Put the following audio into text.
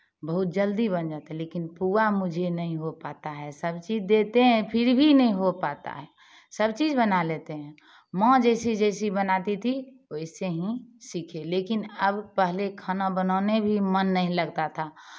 बहुत जल्दी बन जाता है लेकिन पुआ मुझे नहीं हो पाता है सब चीज़ देते हैं फिर भी नहीं हो पाता है सब चीज़ बना लेते हैं माँ जैसी जैसी बनाती थी वैसे ही सीखे लेकिन अब पहले खाना बनाने भी मन नहीं लगता था